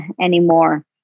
anymore